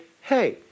hey